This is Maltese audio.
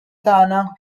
tagħna